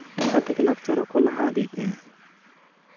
ᱚᱱᱠᱟ ᱛᱮᱜᱮ ᱞᱟᱠᱪᱟᱨ ᱠᱚᱠᱚ ᱞᱟᱦᱟ ᱤᱫᱤᱭᱮᱜ ᱛᱟᱦᱮᱸᱜ